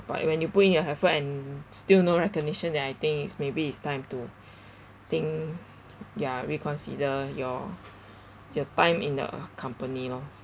but when you put in your effort and still no recognition then I think it's maybe it's time to think ya reconsider your your time in the company loh